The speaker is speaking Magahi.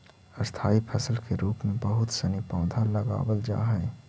स्थाई फसल के रूप में बहुत सनी पौधा लगावल जा हई